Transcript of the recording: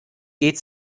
geht